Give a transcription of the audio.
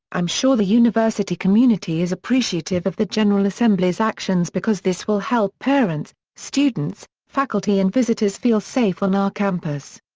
i'm sure the university community is appreciative of the general assembly's actions because this will help parents, students, faculty and visitors feel safe on our campus.